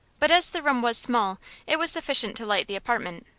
but as the room was small it was sufficient to light the apartment.